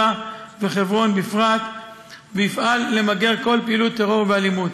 וחברון בפרט ויפעל למיגור כל פעילות טרור ואלימות.